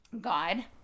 God